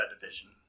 division